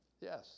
Yes